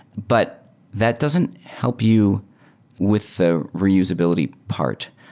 but that doesn't help you with the reusability part.